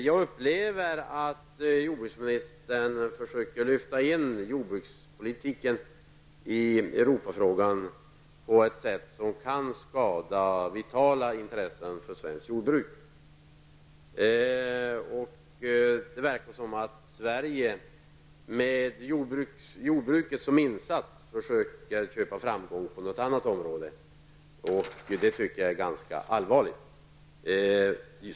Jag upplever att jordbruksministern försöker lyfta in jordbrukspolitiken i Europafrågan på ett sätt som kan skada vitala intressen för svenskt jordbruk. Det verkar som om Sverige med jordbruket som insats försöker köpa framgång på något annat område. Jag tycker det är ganska allvarligt.